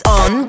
on